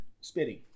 spitting